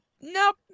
Nope